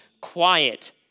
quiet